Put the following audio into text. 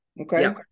Okay